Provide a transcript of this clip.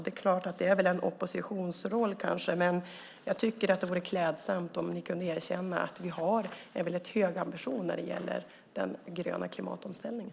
Det är kanske en oppositionsroll, men det vore klädsamt om ni kunde erkänna att vi har väldigt höga ambitioner när det gäller klimatomställningen.